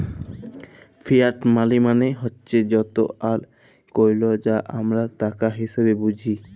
fiat মালি মালে হছে যত আর কইল যা আমরা টাকা হিসাঁবে বুঝি